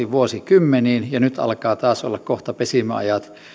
vuosikymmeniin ja nyt alkaa taas olla kohta pesimäajat